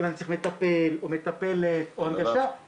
אם אני צריך מטפל או מטפלת או הנגשה,